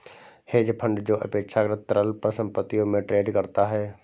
hedge fund जो अपेक्षाकृत तरल परिसंपत्तियों में ट्रेड करता है